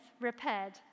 repaired